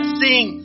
sing